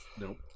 Nope